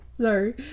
Sorry